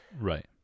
right